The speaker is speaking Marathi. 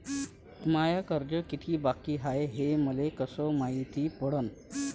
माय कर्ज कितीक बाकी हाय, हे मले कस मायती पडन?